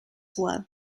well